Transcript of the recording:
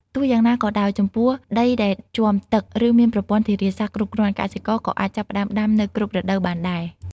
ទោះយ៉ាងណាក៏ដោយ ចំពោះដីដែលជាំទឹក ឬមានប្រព័ន្ធធារាសាស្រ្តគ្រប់គ្រាន់ កសិករក៏អាចចាប់ផ្តើមដាំនៅគ្រប់រដូវបានដែរ។